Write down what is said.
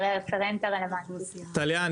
טליה,